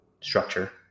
structure